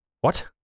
What